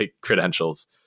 credentials